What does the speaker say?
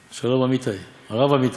שלום, הרב אמתי.